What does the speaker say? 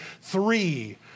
three